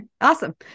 Awesome